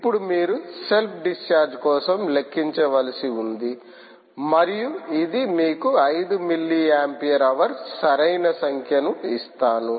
ఇప్పుడు మీరు self discharge కోసం లెక్కించవలసి ఉంది మరియు ఇది మీకు 5 మిల్లీ ఆంపియర్ హవర్ సరైన సంఖ్యను ఇస్తాను